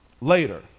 later